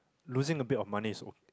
losing a bit of money is ok